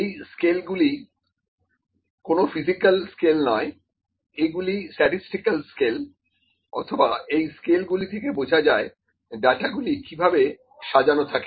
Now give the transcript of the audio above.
এই স্কেলগুলি কোন ফিজিক্যাল স্কেল নয় এ গুলি স্ট্যাটিসটিক্যাল স্কেল অথবা এই স্কেল গুলি থেকে বোঝা যায় ডাটাগুলো কিভাবে সাজানো থাকে